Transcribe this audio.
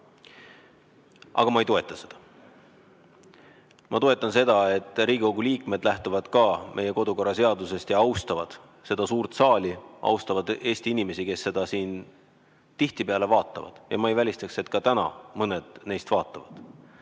Aga ma ei toeta seda. Ma toetan seda, et Riigikogu liikmed lähtuvad ka meie kodukorraseadusest ning austavad seda suurt saali ja austavad Eesti inimesi, kes seda siin tihtipeale vaatavad. Ma ei välistaks, et ka täna mõned neist vaatavad.